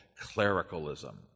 clericalism